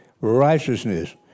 righteousness